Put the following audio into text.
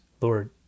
Lord